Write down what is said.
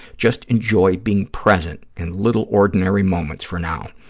just enjoy being present and little ordinary moments for now.